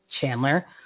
Chandler